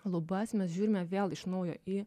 lubas mes žiūrime vėl iš naujo į